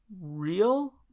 real